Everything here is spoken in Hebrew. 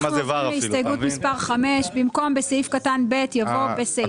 הסתייגות מספר 5. במקום "בסעיף קטן (ב)" יבוא "בסיפה".